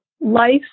life